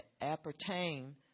appertain